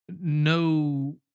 no